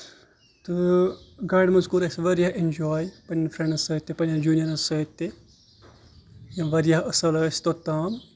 تہٕ گاڑِ منٛز کوٚر اَسہِ واریاہ اینجاے پَنٕنٮ۪ن فرینٛڈن سۭتۍ تہِ پَنٕنٮ۪ن جوٗنِیرَن سۭتۍ تہِ یِم واریاہ اَصٕل ٲسۍ توٚتام